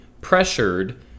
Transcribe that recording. pressured